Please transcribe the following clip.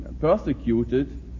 persecuted